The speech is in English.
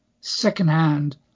secondhand